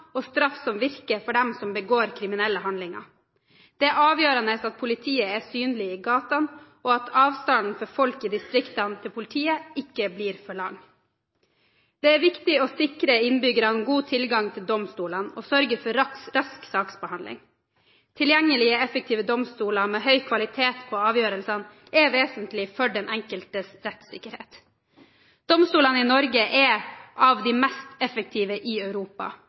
og straff som virker for dem som begår kriminelle handlinger. Det er avgjørende at politiet er synlig i gatene, og at avstanden for folk i distriktene til politiet ikke blir for lang. Det er viktig å sikre innbyggerne god tilgang til domstolene og sørge for rask saksbehandling. Tilgjengelige, effektive domstoler med høy kvalitet på avgjørelsene er vesentlig for den enkeltes rettssikkerhet. Domstolene i Norge er av de mest effektive i Europa,